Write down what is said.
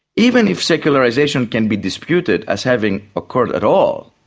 even if secularisation can be disputed as having accord at all,